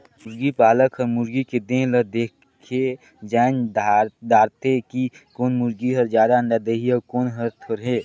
मुरगी पालक हर मुरगी के देह ल देखके जायन दारथे कि कोन मुरगी हर जादा अंडा देहि अउ कोन हर थोरहें